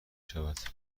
شود